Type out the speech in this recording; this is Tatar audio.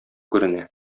күренә